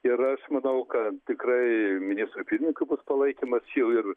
ir aš manau kad tikrai ministrui pirmininkui bus palaikymas jau ir